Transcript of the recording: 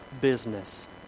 business